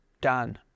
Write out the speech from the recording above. done